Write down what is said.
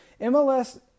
MLS